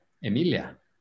Emilia